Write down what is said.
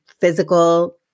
physical